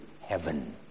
Heaven